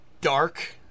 dark